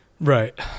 Right